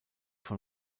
von